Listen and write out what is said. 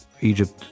Egypt